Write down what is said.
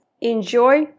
enjoy